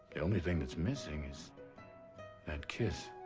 only thing that's missing is that kiss.